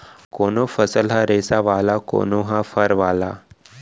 कोनो फसल ह रेसा वाला, कोनो ह फर वाला